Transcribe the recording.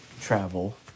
travel